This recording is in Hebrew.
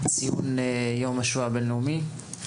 לציון יום השואה הבין-לאומי.